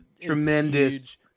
Tremendous